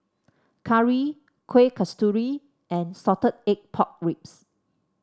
curry Kueh Kasturi and Salted Egg Pork Ribs